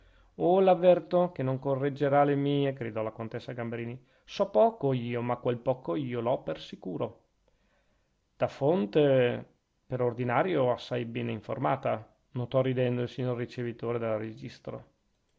oh l'avverto che non correggerà le mie gridò la contessa gamberini so poco io ma quel poco io l'ho per sicuro da fonte per ordinario assai bene informata notò ridendo il signor ricevitore del registro